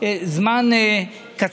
43